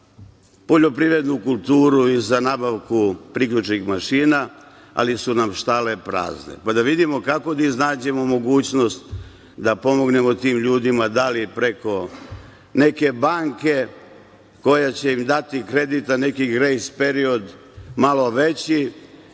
poljoprivrednu kulturu i za nabavku prikljčnih mašina, ali su nam štale prazne, pa da vidimo kako da iznađemo mogućnost da pomognemo tim ljudima, da li preko neke banke koja će im dati kredit, neki grejs period malo veći,